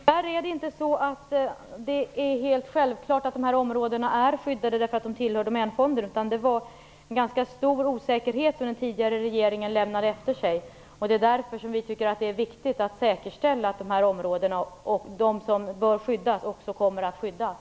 Herr talman! Tyvärr är det inte helt självklart att dessa områden är skyddade för att de tillhör Domänfonder. Den tidigare regeringen lämnade efter sig en ganska stor osäkerhet. Därför tycker vi att det är viktigt att säkerställa att de områden som bör skyddas också kommer att skyddas.